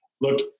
look